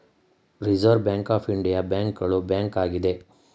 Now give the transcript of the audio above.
reserve Bank of India ಬ್ಯಾಂಕುಗಳ bank ಆಗಿದೆ